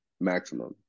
maximum